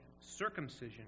circumcision